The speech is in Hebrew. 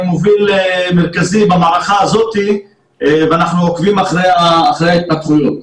מרכזי במערכה הזאת ואנחנו עוקבים אחר ההתפתחויות.